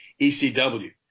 ECW